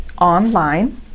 online